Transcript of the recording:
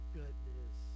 goodness